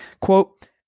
Quote